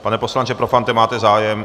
Pane poslanče Profante, máte zájem?